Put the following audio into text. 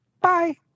Bye